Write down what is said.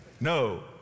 No